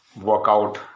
workout